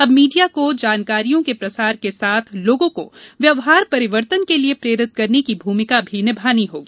अब मीडिया को जानकारियों के प्रसार के साथ लोगों को व्यवहार परिवर्तन के लिए प्रेरित करने की भूमिका भी निभानी होगी